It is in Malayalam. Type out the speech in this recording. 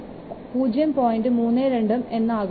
32 എന്നും ആകുന്നു